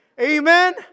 Amen